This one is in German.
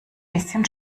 bisschen